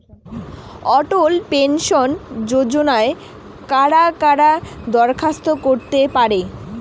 অটল pension যোজনায় কারা কারা দরখাস্ত করতে পারে?